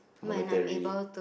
monetary